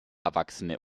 erwachsene